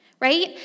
right